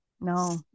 No